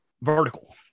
vertical